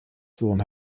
sohn